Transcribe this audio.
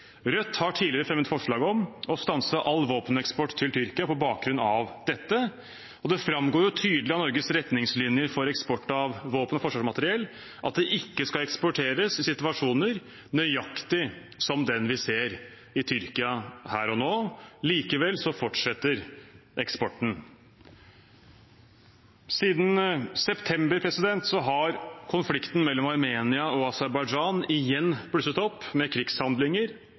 Rødt har tidligere fremmet forslag om å stanse all våpeneksport til Tyrkia på bakgrunn av dette, og det framgår jo tydelig av Norges retningslinjer for eksport av våpen og forsvarsmateriell at det ikke skal eksporteres i situasjoner nøyaktig som den vi ser i Tyrkia her og nå. Likevel fortsetter eksporten. Siden september har konflikten mellom Armenia og Aserbajdsjan igjen blusset opp, med krigshandlinger,